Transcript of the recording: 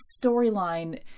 storyline